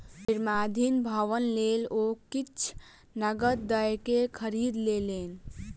निर्माणाधीन भवनक लेल ओ किछ नकद दयके खरीद लेलैन